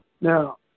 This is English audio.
Now